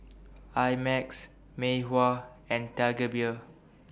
I Max Mei Hua and Tiger Beer